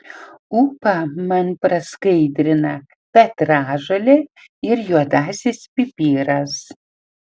ūpą man praskaidrina petražolė ir juodasis pipiras